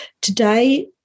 Today